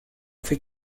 fait